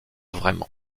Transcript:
vraiment